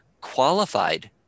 qualified